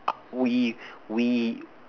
uh we we